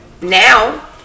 Now